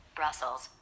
Brussels